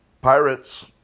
Pirates